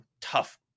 tough